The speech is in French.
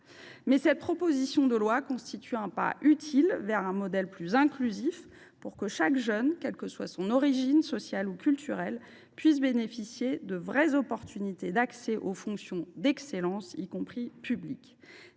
Cette proposition de loi constitue néanmoins un pas utile vers un modèle plus inclusif, afin que chaque jeune, quelle que soit son origine sociale ou culturelle, bénéficie de véritables chances d’accès aux fonctions d’excellence, y compris publiques.